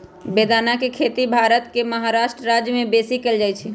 बेदाना के खेती भारत के महाराष्ट्र राज्यमें बेशी कएल जाइ छइ